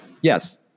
yes